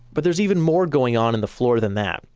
but there's even more going on in the floor than that,